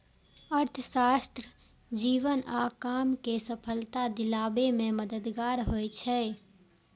अर्थशास्त्र जीवन आ काम कें सफलता दियाबे मे मददगार होइ छै